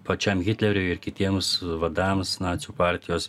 pačiam hitleriui ir kitiems vadams nacių partijos